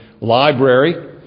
Library